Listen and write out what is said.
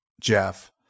Jeff